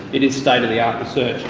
it is state of the art research.